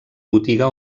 botiga